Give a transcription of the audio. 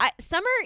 Summer